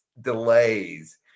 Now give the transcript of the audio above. delays